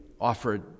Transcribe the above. offered